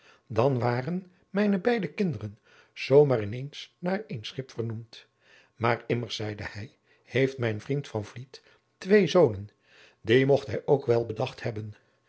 dan waren mijne beide kinderen zoo maar in eens naar een schip vernoemd maar immers zeide hij heeft mijn vriend van vliet twee zonen die mogt hij ook wel bedacht hebben